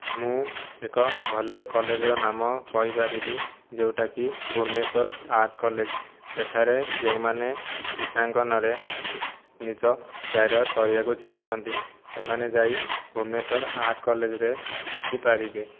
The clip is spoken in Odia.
ମୁଁ ଏକ ଭଲ କଲେଜର ନାମ କହିପାରିବି ଯେଉଁଟାକି ଭୁବନେଶ୍ୱର ଆର୍ଟ କଲେଜ ସେଠାରେ ଯେଉଁମାନେ ଚିତ୍ରାଙ୍କନରେ ନିଜ କ୍ୟାରିୟର କରିବାକୁ ଚାଁହୁଛନ୍ତି ସେମାନେ ଯାଇ ଭୁବନେଶ୍ୱର ଆର୍ଟ କଲେଜରେ ଶିଖିପାରିବେ